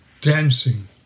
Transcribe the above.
dancing